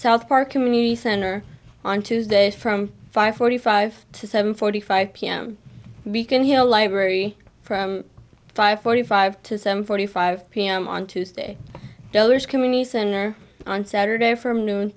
south park community center on tuesday from five forty five to seven forty five pm beacon hill library from five forty five to seven forty five pm on tuesday dollars community center on saturday from n